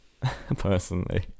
personally